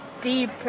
deep